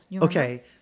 Okay